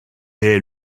est